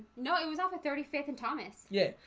know he was off at thirty fifth and thomas. yeah,